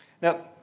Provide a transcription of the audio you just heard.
Now